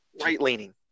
right-leaning